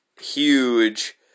huge